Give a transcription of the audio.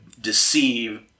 deceive